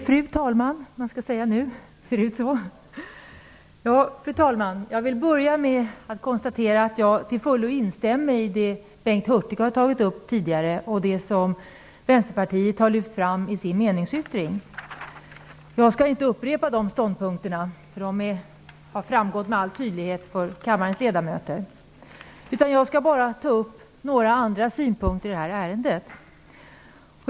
Fru talman! Jag vill börja med att säga att jag till fullo instämmer i det som Bengt Hurtig tidigare har tagit upp och i det som Vänsterpartiet har lyft fram i sin meningsyttring. Jag skall inte upprepa dessa ståndpunkter, eftersom de med all tydlighet har framgått för kammarens ledamöter. Jag vill bara ta upp några andra synpunkter på detta ärende.